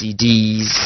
CDs